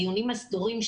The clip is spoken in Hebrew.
הדיונים הסדורים,